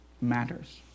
matters